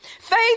Faith